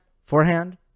forehand